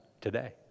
today